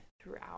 throughout